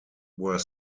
were